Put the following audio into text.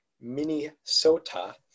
minnesota